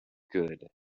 good